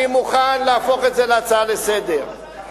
תהפוך את זה להצעה לסדר-היום.